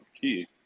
key